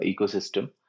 ecosystem